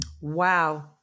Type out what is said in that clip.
Wow